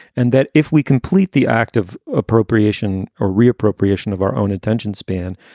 and that if we complete the act of appropriation or reappropriation of our own attention span,